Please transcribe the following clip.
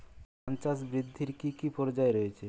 ধান চাষ বৃদ্ধির কী কী পর্যায় রয়েছে?